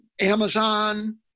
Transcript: amazon